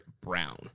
Brown